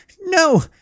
no